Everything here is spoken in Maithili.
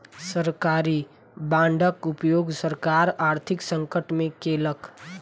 सरकारी बांडक उपयोग सरकार आर्थिक संकट में केलक